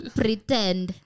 pretend